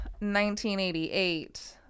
1988